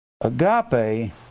Agape